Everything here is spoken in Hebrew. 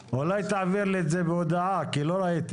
אולי תעביר לי את זה בהודעה כי לא ראיתי.